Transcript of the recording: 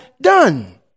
done